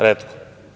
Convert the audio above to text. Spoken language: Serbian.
Retko.